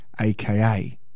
aka